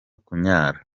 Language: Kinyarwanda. kunyara